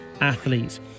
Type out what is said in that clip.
athletes